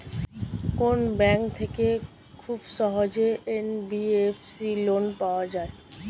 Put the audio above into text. কোন ব্যাংক থেকে খুব সহজেই এন.বি.এফ.সি লোন পাওয়া যায়?